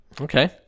Okay